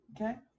okay